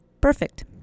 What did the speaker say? Perfect